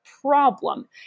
problem